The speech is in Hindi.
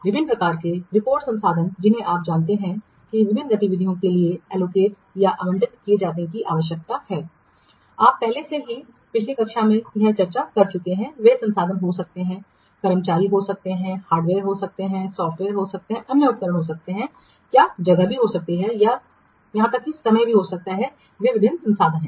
विभिन्न प्रकार के रिपोर्ट संसाधन जिन्हें आप जानते हैं कि विभिन्न गतिविधियों के लिए एलोकेट या आवंटित किए जाने की आवश्यकता है आप पहले से ही पिछली कक्षा में चर्चा कर चुके हैं वे संसाधन हो सकते हैं कर्मचारी हो सकते हैं हार्डवेयर हो सकते हैं सॉफ़्टवेयर हो सकते हैं अन्य उपकरण हो सकते हैं क्या जगह हो सकती है यहां तक कि समय हो सकता है ये विभिन्न संसाधन हैं